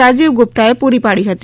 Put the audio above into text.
રાજીવ ગુપ્તાએ પુરી પાડી હતી